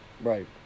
Right